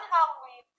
Halloween